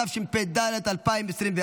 התשפ"ד 2024,